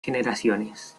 generaciones